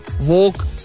woke